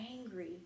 angry